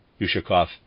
Yushakov